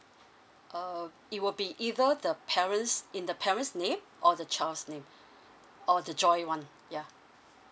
err it will be either the parents in the parent's name or the child's name or the joint one ya